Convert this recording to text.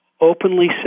openly